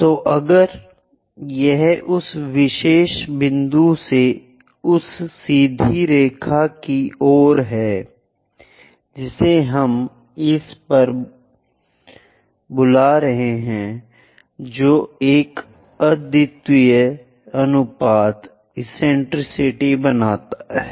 तो अगर यह उस विशेष बिंदु से उस सीधी रेखा की ओर है जिसे हम इस हर बुला रहे हैं जो एक अद्वितीय अनुपात एसेंटेरिसिटी बनाता है